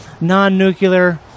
non-nuclear